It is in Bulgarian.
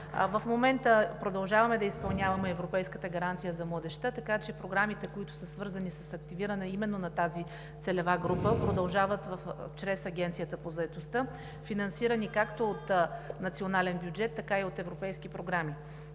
В момента продължаваме да изпълняваме Европейската гаранция за младежта, така че програмите, които са свързани с активиране именно на тази целева група, продължават чрез Агенцията по заетостта, финансирани както от национален бюджет, така и от европейски програми.